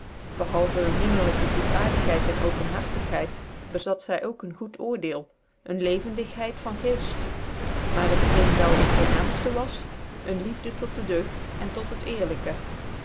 bchalven een minnelijke goedaardigheid cn openhartigheid bezat zy ook een goed oordcel een levendigheid van geest maar liet geen wel het voornaam ftc was een liefde tot de deugden tot het eerlijke